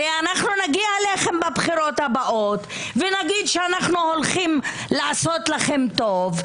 הרי אנחנו נגיע אליכם בבחירות הבאות ונגיד שאנחנו הולכים לעשות לכם טוב,